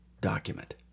document